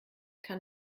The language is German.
kann